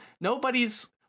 nobody's